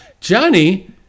Johnny